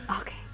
Okay